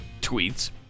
tweets